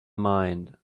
mind